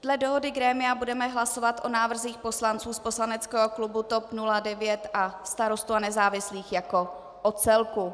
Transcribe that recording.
Dle dohody grémia budeme hlasovat o návrzích poslanců z poslaneckého klubu TOP 09 a Starostů a nezávislých jako o celku.